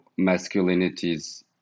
masculinities